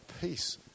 peace